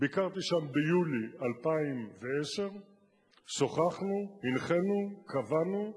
ביקרתי שם ביולי 2010. שוחחנו, הנחינו, קבענו,